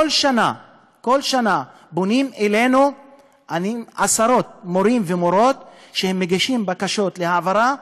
כל שנה פונים אלינו עשרות מורים ומורות שמגישים בקשות העברה,